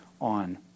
on